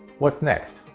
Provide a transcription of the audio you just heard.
what's next?